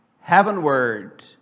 heavenward